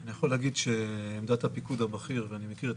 אני יכול להגיד שעמדת הפיקוד הבכיר ואני מכיר את